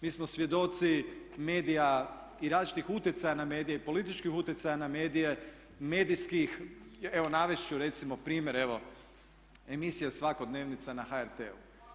Mi smo svjedoci medija i različitih utjecaja na medije, političkih utjecaja na medije, medijskih, evo navesti ću recimo primjer emisija Svakodnevnica na HRT-u.